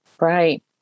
Right